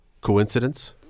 Coincidence